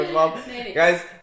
Guys